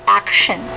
action